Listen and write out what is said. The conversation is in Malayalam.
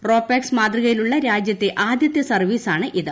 റോ പാക്സ് മാതൃകയിലുള്ള രാജ്യത്തെ ആദ്യത്തെ സർവ്വീസാണ് ഇത്